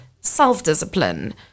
self-discipline